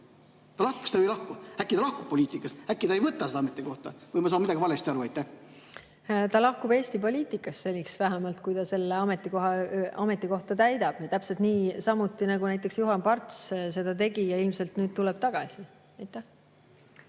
Ta lahkub või ta ei lahku? Äkki ta lahkub poliitikast, äkki ta ei võta seda ametikohta vastu? Või saan ma millestki valesti aru? Ta lahkub Eesti poliitikast, seniks vähemalt, kui ta seda ametikohta täidab. Täpselt niisamuti, nagu näiteks Juhan Parts seda tegi, kes ilmselt nüüd tuleb tagasi. Ta